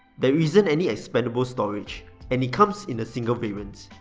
there isn't any expandable storage and it comes in a single variant,